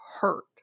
hurt